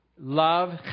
Love